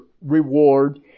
reward